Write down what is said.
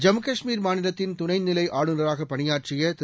ஜம்முகாஷ்மீர் மாநிலத்தின் துணைநிலைஆளுநராகபணியாற்றியதிரு